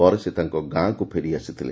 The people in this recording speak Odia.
ପରେ ସେ ତାଙ୍କ ଗାଁକୁ ଫେରିଆସିଥିଲେ